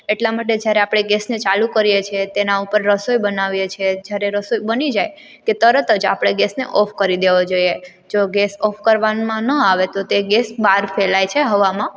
એટલા માટે જ્યારે આપણે ગેસને ચાલુ કરીએ છીએ તેના ઉપર રસોઈ બનાવીએ છીએ જ્યારે રસોઈ બની જાય કે તરતજ આપણે ગેસને ઓફ કરી દેવો જોઈએ જો ગેસ ઓફ કરવામાં ન આવે તો તે ગેસ બહાર ફેલાય છે હવામાં